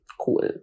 cool